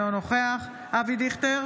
אינו נוכח אבי דיכטר,